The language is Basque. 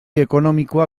ekonomikoa